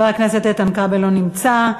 לא נמצא.